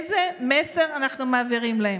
איזה מסר אנחנו מעבירים להם?